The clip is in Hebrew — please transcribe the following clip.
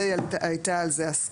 די הייתה על זה הסכמה.